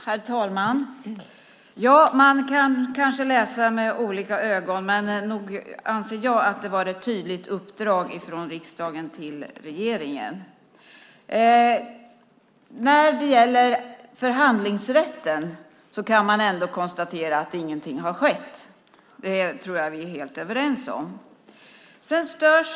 Herr talman! Ja, man kan kanske läsa med olika ögon, men nog anser jag att det var ett tydligt uppdrag från riksdagen till regeringen. När det gäller förhandlingsrätten kan man ändå konstatera att ingenting har skett. Det tror jag att vi är helt överens om.